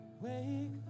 Wake